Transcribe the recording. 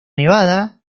nevada